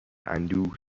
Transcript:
اندوه